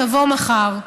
תבוא מחר.